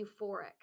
euphoric